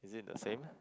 is it the same